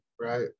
right